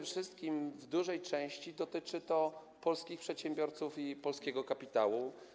W dużej części dotyczy to polskich przedsiębiorców i polskiego kapitału.